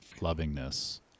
lovingness